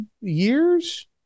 years